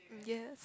yes